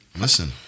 Listen